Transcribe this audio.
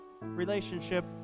relationship